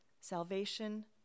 Salvation